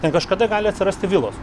ten kažkada gali atsirasti vilos